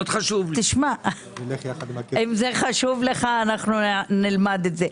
אם זה חשוב לך, אנחנו נלמד את זה.